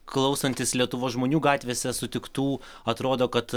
klausantis lietuvos žmonių gatvėse sutiktų atrodo kad